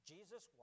Jesus